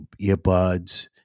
earbuds